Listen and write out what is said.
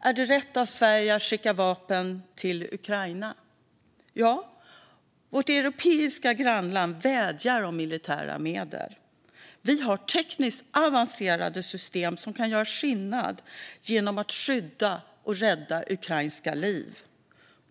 Är det rätt av Sverige att skicka vapen till Ukraina? Ja, vårt europeiska grannland vädjar om militära medel. Vi har tekniskt avancerade system som kan göra skillnad genom att skydda och rädda ukrainska liv.